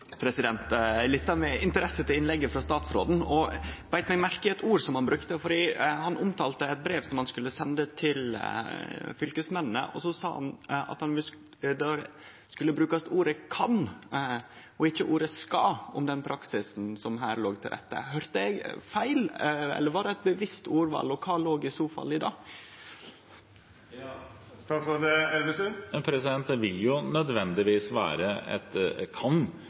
beit meg merke i eit ord som han brukte. Han omtalte eit brev som han skulle sende til fylkesmennene, og sa at det skulle brukast ordet «kan» og ikkje ordet «skal» om den praksisen som det her låg til rette for. Høyrde eg feil, eller var det eit bevisst ordval? Kva låg i så fall i det? Det vil nødvendigvis være et «kan». Dette vil være en skjønnsmessig vurdering. Man har en regel om 2,5 km, men man kan